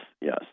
yes